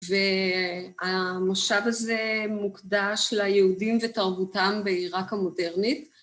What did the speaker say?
והמושב הזה מוקדש ליהודים ותרבותם בעיראק המודרנית.